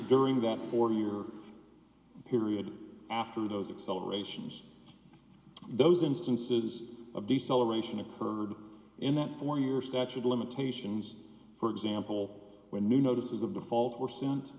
during that four year period after those celebrations those instances of the celebration occurred in that four years statute of limitations for example when new notices of default were sent